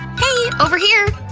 hey! over here!